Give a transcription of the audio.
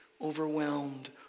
overwhelmed